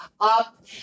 up